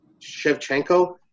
Shevchenko